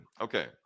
Okay